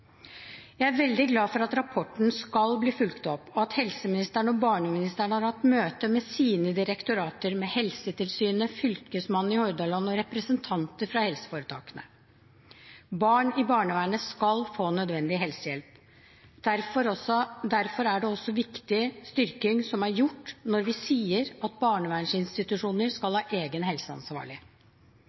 Jeg er veldig glad for at rapporten skal bli fulgt opp, og for at helseministeren og barneministeren har hatt møte med sine direktorater, med Helsetilsynet, med Fylkesmannen i Hordaland og med representanter fra helseforetakene. Barn i barnevernet skal få nødvendig helsehjelp. Derfor er det også en viktig styrking som er gjort når vi nå sier at barnevernsinstitusjonene skal ha en egen